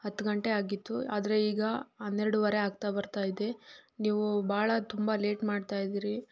ಹತ್ತು ಗಂಟೆ ಆಗಿತ್ತು ಆದರೆ ಈಗ ಹನ್ನೆರಡುವರೆ ಆಗ್ತಾ ಬರ್ತಾ ಇದೆ ನೀವು ಭಾಳ ತುಂಬ ಲೇಟ್ ಮಾಡ್ತಾ ಇದೀರಿ